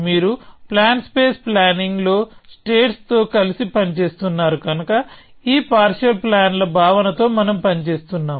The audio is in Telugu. మీరు ప్లాన్ స్పేస్ ప్లానింగ్ లో స్టేట్స్ తో కలిసి పనిచేస్తున్నారు కనుక ఈ పార్షియల్ ప్లాన్ ల భావనతో మనం పనిచేస్తున్నాం